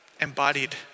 embodied